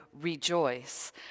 rejoice